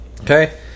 Okay